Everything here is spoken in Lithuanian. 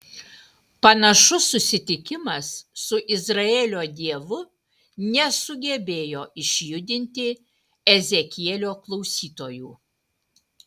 panašus susitikimas su izraelio dievu nesugebėjo išjudinti ezekielio klausytojų